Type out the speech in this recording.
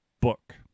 book